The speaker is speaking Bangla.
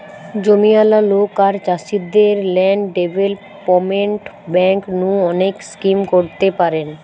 জমিয়ালা লোক আর চাষীদের ল্যান্ড ডেভেলপমেন্ট বেঙ্ক নু অনেক স্কিম করতে পারেন